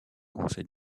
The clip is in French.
conseil